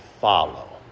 follow